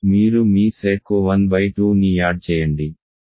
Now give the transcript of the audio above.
మీరు మీ సెట్కు 1 2 ని యాడ్ చేయండి